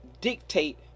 dictate